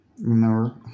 Remember